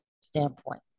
standpoint